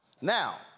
Now